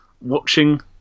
Watching